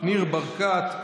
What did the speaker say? ניר ברקת,